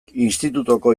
institutuko